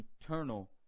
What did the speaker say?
eternal